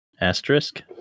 Asterisk